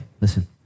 listen